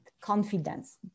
confidence